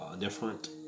different